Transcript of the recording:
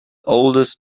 oldest